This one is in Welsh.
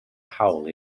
hawl